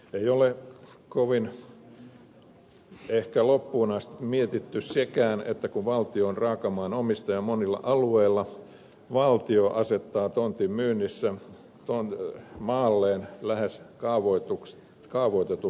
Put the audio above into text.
ei ole ehkä kovin loppuun asti mietittyä sekään että kun valtio on raakamaan omistaja monilla alueilla niin valtio asettaa tontin myynnissä maalleen lähes kaavoitetun maan hintatason